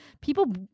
people